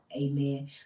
Amen